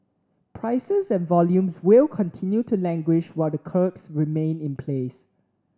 prices and volumes will continue to languish while the curbs remain in place